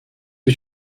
que